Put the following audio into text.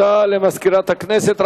הודעה למזכירת הכנסת.